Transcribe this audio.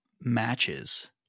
matches